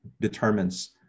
determines